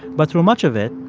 but through much of it,